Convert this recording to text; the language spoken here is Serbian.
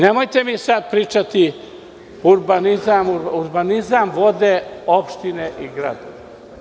Nemojte mi sada pričati urbanizam, vode, opštine i gradovi.